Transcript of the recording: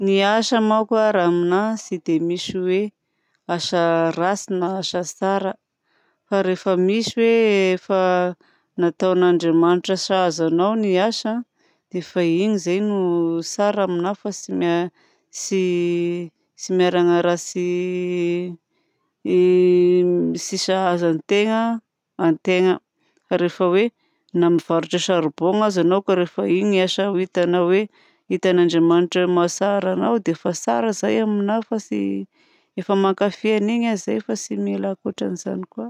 Ny asa manko a raha aminahy tsy dia misy hoe asa ratsy na asa tsara fa rehefa misy hoe efa nataon'Adriamanitra sahaza anao ny asa dia efa iny izay no tsara aminahy fa tsy miharagna raha tsy sahaza antegna antegna fa rehefa hoe namivarotra charbon aza anao ka rehefa iny no asa hitanao hoe hitan'Andriamanitra mahatsara anao dia efa tsara izay aminahy fa tsy efa mankafy an'iny aho zay fa tsy mila ankoatran'izany koa.